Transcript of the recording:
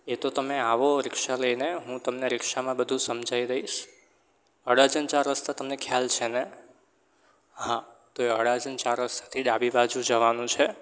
એ તો તમે આવો રિક્ષા લઈને હું તમને રિક્ષામાં બધું સમજાવી દઇશ અડાજણ ચાર રસ્તા તમને ખ્યાલ છે ને હા તો એ અડાજણ ચાર રસ્તેથી ડાબી બાજુ જવાનું છે